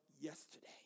yesterday